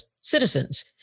citizens